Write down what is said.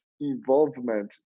involvement